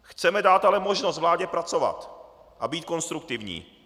Chceme dát ale možnost vládě pracovat a být konstruktivní.